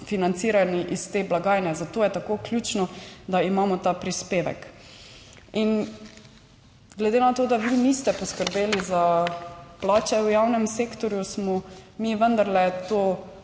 financirani iz te blagajne, zato je tako ključno, da imamo ta prispevek. In glede na to, da vi niste poskrbeli za plače v javnem sektorju, smo mi vendarle to